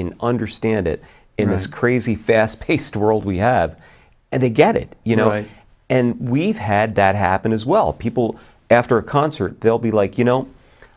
can understand it it was crazy fast paced world we have and they get it you know and we've had that happen as well people after a concert they'll be like you know